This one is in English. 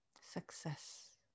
success